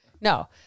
No